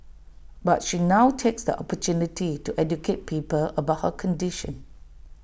but she now takes the opportunity to educate people about her condition